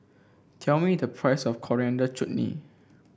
tell me the price of Coriander Chutney